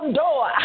door